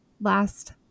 last